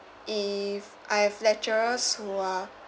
if I have lecturers who are